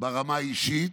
ברמה האישית,